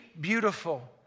beautiful